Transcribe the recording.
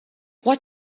what